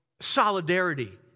solidarity